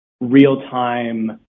real-time